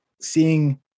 seeing